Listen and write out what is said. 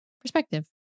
perspective